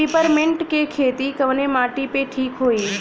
Peppermint के खेती कवने माटी पे ठीक होई?